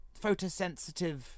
photosensitive